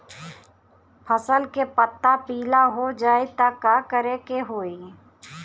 फसल के पत्ता पीला हो जाई त का करेके होई?